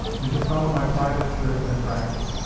and to follow my private thrift and practice,